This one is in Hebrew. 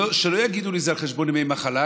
שלא יגידו לי שזה על חשבון ימי מחלה,